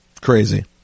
crazy